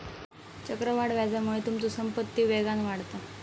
चक्रवाढ व्याजामुळे तुमचो संपत्ती वेगान वाढता